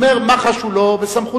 הוא אומר: מח"ש הוא לא בסמכותי,